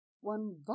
one